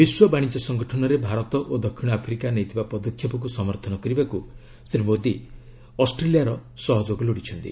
ବିଶ୍ୱ ବାଣିଜ୍ୟ ସଂଗଠନରେ ଭାରତ ଓ ଦକ୍ଷିଣ ଆଫ୍ରିକା ନେଇଥିବା ପଦକ୍ଷେପକୁ ସମର୍ଥନ କରିବାକୁ ଶ୍ରୀ ମୋଦୀ ଅଷ୍ଟ୍ରେଲିଆର ସହଯୋଗ ଲୋଡ଼ିଛନ୍ତି